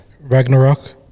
Ragnarok